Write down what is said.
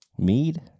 mead